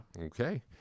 Okay